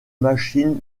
machines